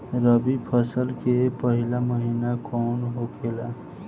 रबी फसल के पहिला महिना कौन होखे ला?